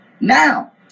now